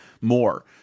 more